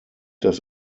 das